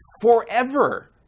forever